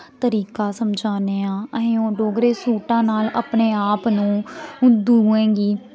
तरीका समझाने आं असें ओह् डोगरे सूटां नाल अपने आप नू दुएं गी